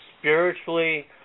spiritually